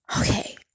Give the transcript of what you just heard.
okay